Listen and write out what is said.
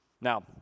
Now